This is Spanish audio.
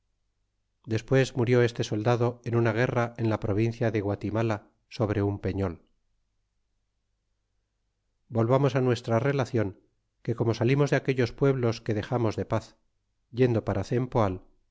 despues murió este soldado en una guerra en la provincia de guatirnala sobre un peñol volvamos nuestra relacion que como salimos de aquellos pueblos que dexamos de paz yendo para